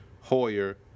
Hoyer